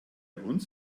uns